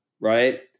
right